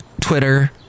Twitter